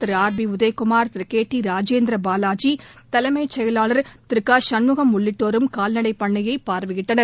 திரு R P Udhayakumar Thiru K D Rajendrabalaji தலைமச் செயவாளர் திரு கசண்முகம் உள்ளிட்டோரும் கால்நடை பண்ணையை பார்வையிட்டனர்